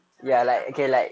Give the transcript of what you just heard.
macam like apa-apa pun